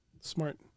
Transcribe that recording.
Smart